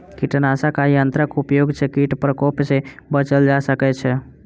कीटनाशक आ यंत्रक उपयोग सॅ कीट प्रकोप सॅ बचल जा सकै छै